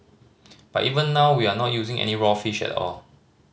but even now we are not using any raw fish at all